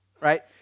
Right